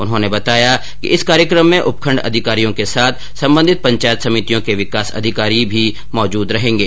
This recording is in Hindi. उन्होंने बताया कि इस कार्यक्रम में उपखण्ड अधिकारियों के साथ सम्बंधित पंचायत समितियों के विकास अधिकारी भी मौजूद रहेंगे